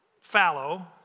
fallow